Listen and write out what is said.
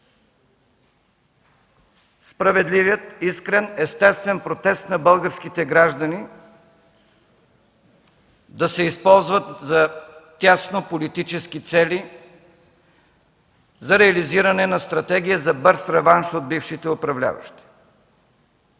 справедливият, искрен, естествен протест на българските граждани да се използва за тясно политически цели, за реализиране на стратегия за бърз реванш от бившите управляващи.